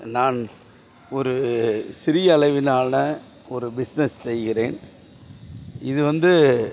நான் ஒரு சிறிய அளவிலான ஒரு பிஸ்னஸ் செய்கிறேன் இது வந்து